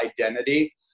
identity